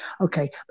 Okay